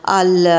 al